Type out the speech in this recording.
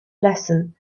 lesson